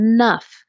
enough